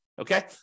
okay